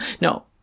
no